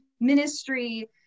ministry